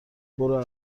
برو